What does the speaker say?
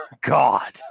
God